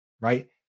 right